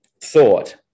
thought